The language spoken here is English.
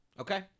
Okay